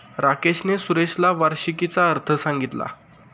राकेशने सुरेशला वार्षिकीचा अर्थ सांगितला